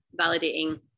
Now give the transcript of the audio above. validating